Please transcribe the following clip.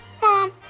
Mom